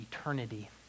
eternity